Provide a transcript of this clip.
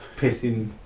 pissing